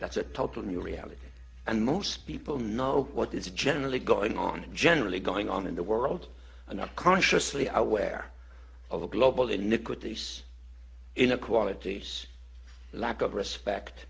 that's a total new reality and most people know what is generally going on general going on in the world and not consciously aware of the global iniquities inequalities lack of respect